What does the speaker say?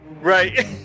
Right